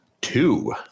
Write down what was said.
two